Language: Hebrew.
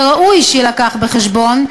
וראוי שיובא בחשבון,